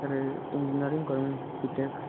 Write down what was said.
ହଏ ଇଞ୍ଜିନିଅରିଙ୍ଗ କରିବି ବିଟେକ୍